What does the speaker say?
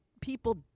people